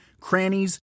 crannies